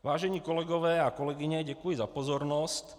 Vážené kolegové a kolegyně, děkuji za pozornost.